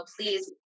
Please